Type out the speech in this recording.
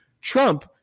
Trump